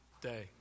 day